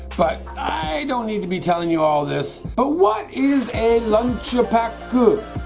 but i don't need to be telling you all this but what is a lunch packu?